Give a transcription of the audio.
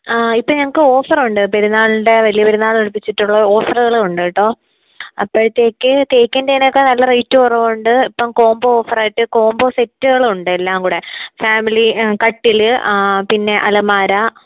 ആ ഇപ്പം ഞങ്ങൾക്ക് ഓഫറുണ്ട് പെരുന്നാളിൻ്റെ വലിയ പെരുന്നാൾ അടുപ്പിച്ചിട്ടുള്ള ഓഫറുകളുണ്ട് കേട്ടോ അപ്പോൾ തേക്ക് തേക്കിൻ്റെ ഒക്കെ നല്ല റേറ്റ് കുറവുണ്ട് ഇപ്പം കോമ്പോ ഓഫറായിയിട്ട് കോമ്പോ സെറ്റുകളുണ്ട് എല്ലാം കൂടെ ഫാമിലി കട്ടിൽ പിന്നെ അലമാര